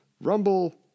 Rumble